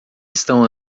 estão